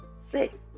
Six